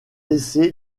laissé